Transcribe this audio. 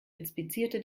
inspizierte